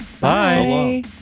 Bye